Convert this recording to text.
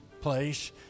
place